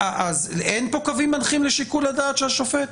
אין פה קווים מנחים לשיקול הדעת של השופט?